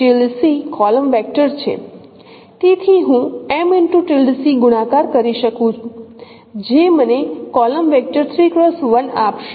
તેથી હું M ગુણાકાર કરી શકું જે મને કોલમ વેક્ટર 3x1 આપશે